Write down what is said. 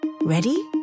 Ready